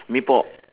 mee pok